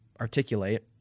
articulate